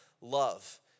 love